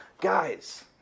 Guys